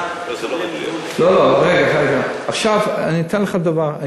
אני אתן לך דוגמה.